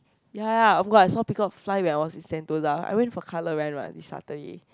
ya oh-my-god I saw peacock fly when I was in Sentosa I went for Colour Run Run this Saturday